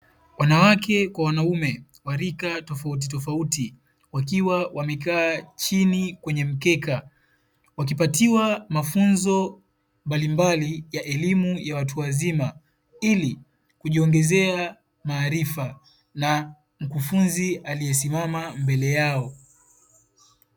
Wanawake kwa wanaume wa rika tofautitofauti, wakiwa wamekaa chini kwenye mkeka wakipatiwa mafunzo mbalimbali ya elimu ya watu wazima, ili kujiongezea maarifa na mkufunzi aliyesimama mbele yao.